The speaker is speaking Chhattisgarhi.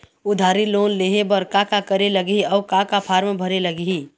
उधारी लोन लेहे बर का का करे लगही अऊ का का फार्म भरे लगही?